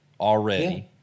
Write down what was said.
already